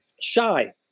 Shy